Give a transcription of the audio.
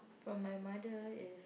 from my mother is